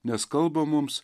nes kalba mums